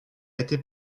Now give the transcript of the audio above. été